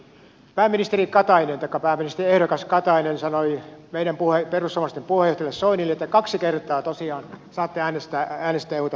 pääministeri katainen taikka pääministeriehdokas katainen sanoi meidän perussuomalaisten puheenjohtajalle soinille että kaksi kertaa tosiaan saatte äänestää euta vastaan